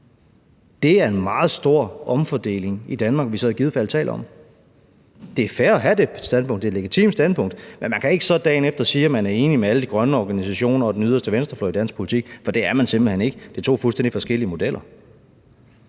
Det er en meget stor omfordeling i Danmark, vi så i givet fald taler om. Det er fair at have det standpunkt, det er et legitimt standpunkt, men man kan ikke dagen efter så sige, at man er enig med alle de grønne organisationer og den yderste venstrefløj i dansk politik, for det er man simpelt hen ikke. Det er to fuldstændig forskellige modeller.